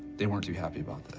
they weren't too happy about that,